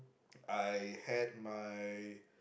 I had my